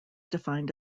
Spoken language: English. defined